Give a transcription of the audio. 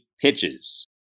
pitches